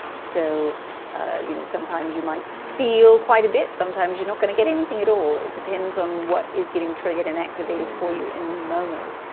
so you know sometimes you might feel quite a bit. sometimes you're not going to get anything at all. it depends on what is getting triggered and activated for you in the moment.